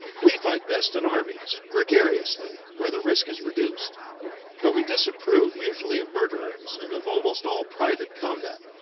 we fight best in armies, gregariously, where the risk is reduced but we disapprove usually of murderers, and of almost all private combat.